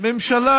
ממשלה